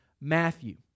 Matthew